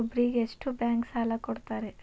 ಒಬ್ಬರಿಗೆ ಎಷ್ಟು ಬ್ಯಾಂಕ್ ಸಾಲ ಕೊಡ್ತಾರೆ?